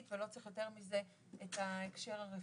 ולא צריך יותר מזה את ההקשר הרפואי,